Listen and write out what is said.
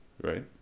Right